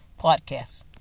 podcasts